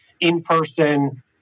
in-person